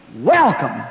Welcome